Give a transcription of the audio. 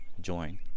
join